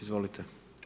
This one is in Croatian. Izvolite.